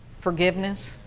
forgiveness